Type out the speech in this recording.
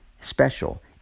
special